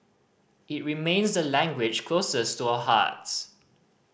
it remains the language closest to a hearts